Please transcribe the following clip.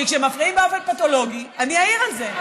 כי כשמפריעים באופן פתולוגי, אני אעיר על זה.